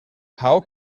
how